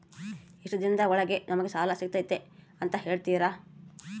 ಎಷ್ಟು ದಿನದ ಒಳಗೆ ನಮಗೆ ಸಾಲ ಸಿಗ್ತೈತೆ ಅಂತ ಹೇಳ್ತೇರಾ?